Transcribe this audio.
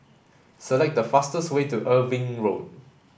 select the fastest way to Irving Road